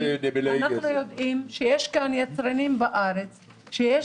אנחנו יודעים שיש כאן יצרנים בארץ שיש